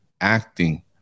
acting